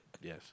Yes